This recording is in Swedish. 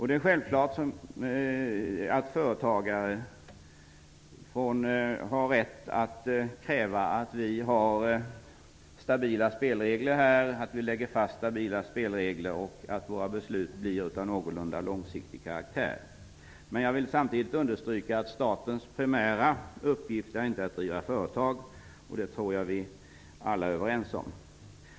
Det är självklart att företagare har rätt att kräva att vi lägger fast spelregler som blir stabila och att våra beslut blir av någorlunda långsiktig karaktär. Men jag vill samtidigt understryka att statens primära uppgift inte är att driva företag -- det tror jag att vi alla är överens om.